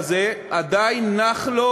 עדיין נח לו,